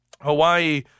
Hawaii